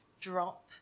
drop